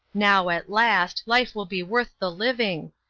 now, at last, life will be worth the living.